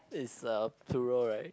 is a plural right